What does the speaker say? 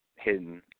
Hidden